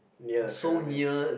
near the pyramids